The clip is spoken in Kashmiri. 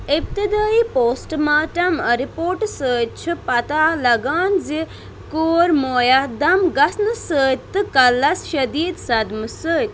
اِبتِدٲیی پوسٹ ماٹَم رِپورٹہٕ سۭتۍ چھ پَتہ لَگان زِ کوٗر مۄیا دَم گٔژھنہٕ سٟتۍ تہٕ کَلَس شدیٖد صَدمہٕ سٟتۍ